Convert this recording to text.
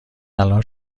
الان